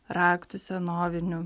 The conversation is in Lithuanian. raktų senovinių